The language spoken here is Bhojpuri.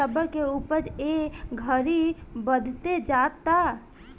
रबर के उपज ए घड़ी बढ़ते जाता